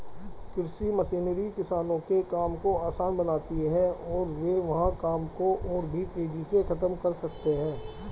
कृषि मशीनरी किसानों के काम को आसान बनाती है और वे वहां काम को और भी तेजी से खत्म कर सकते हैं